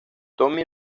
tommy